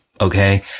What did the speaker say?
okay